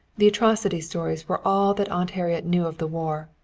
the atrocity stories were all that aunt harriet knew of the war,